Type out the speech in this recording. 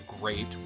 great